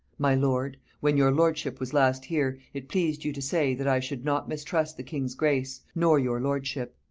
my lord, when your lordship was last here, it pleased you to say, that i should not mistrust the king's grace, nor your lordship.